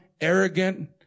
arrogant